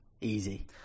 Easy